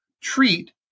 treat